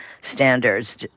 standards